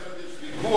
על זה עוד יש ויכוח.